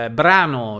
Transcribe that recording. brano